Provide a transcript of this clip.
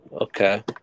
Okay